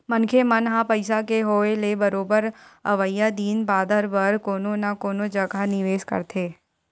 मनखे मन ह पइसा के होय ले बरोबर अवइया दिन बादर बर कोनो न कोनो जघा निवेस करथे